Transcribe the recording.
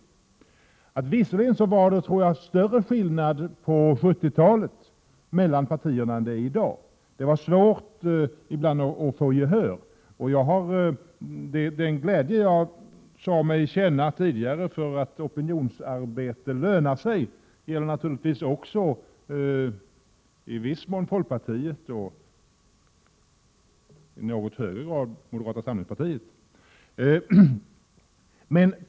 Visserligen var det, tror jag, större skillnad mellan partierna på 1970-talet än det är i dag — det var då ibland svårt att få gehör. Men jag sade tidigare att jag kände glädje över att kunna konstatera att opinionsarbete lönar sig — det gäller naturligtvis också i viss mån folkpartiet och i något högre grad moderata samlingspartiet.